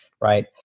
Right